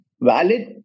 valid